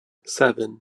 seven